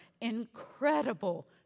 incredible